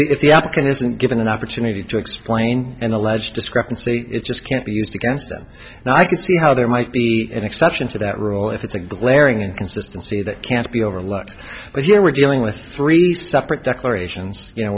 that if the op can isn't given an opportunity to explain an alleged discrepancy it just can't be used against him and i can see how there might be an exception to that rule if it's a glaring inconsistency that can't be overlooked but here we're dealing with three separate declarations you know